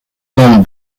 farm